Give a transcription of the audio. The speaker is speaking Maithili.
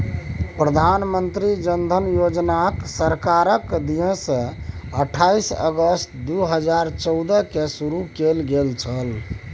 प्रधानमंत्री जन धन योजनाकेँ सरकारक दिससँ अट्ठाईस अगस्त दू हजार चौदहकेँ शुरू कैल गेल छल